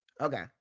Okay